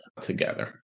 together